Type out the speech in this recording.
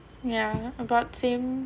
yeah about same